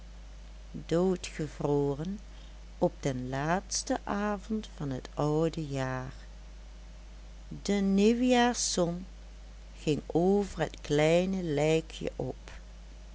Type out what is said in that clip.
doodgevroren op den laatsten avond van het oude jaar de nieuwjaarszon ging over het kleine lijkje op